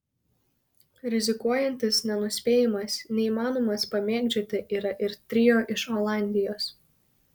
rizikuojantis nenuspėjamas neįmanomas pamėgdžioti yra ir trio iš olandijos